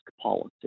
policy